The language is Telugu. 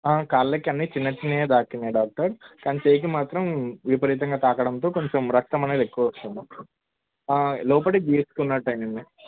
కాళ్ళకు అన్నీ చిన్నచిన్నవి తాకినాయి డాక్టర్ కానీ చేతికి మాత్రం విపరీతంగా తాకడంతో కొంచెం రక్తం అనేది ఎక్కువ వస్తుంది లోపడికి గీసుకునట్టు అయ్యింది